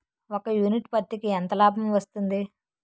ఒక యూనిట్ పత్తికి ఎంత లాభం వస్తుంది?